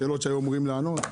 שאלות שהיו אמורים לענות.